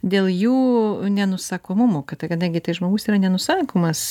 dėl jų nenusakomumo kad kadangi tai žmogus yra nenusakomas